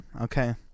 Okay